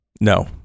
no